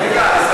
הוועדה.